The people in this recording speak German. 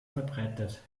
verbreitet